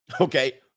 okay